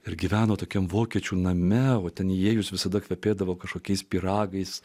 ir gyveno tokiam vokiečių name o ten įėjus visada kvepėdavo kažkokiais pyragais